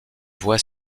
voie